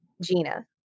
Gina